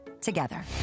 together